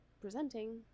presenting